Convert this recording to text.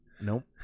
Nope